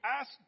ask